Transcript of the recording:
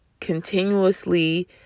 continuously